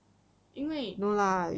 因为